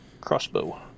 crossbow